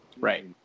Right